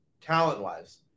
talent-wise